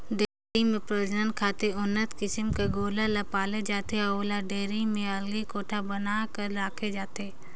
dairy में प्रजनन खातिर उन्नत किसम कर गोल्लर ल पाले जाथे अउ ओला डेयरी में अलगे कोठा बना कर राखे जाथे